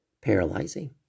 paralyzing